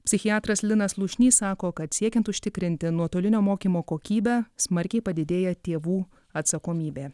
psichiatras linas slušnys sako kad siekiant užtikrinti nuotolinio mokymo kokybę smarkiai padidėja tėvų atsakomybė